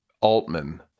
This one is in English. Altman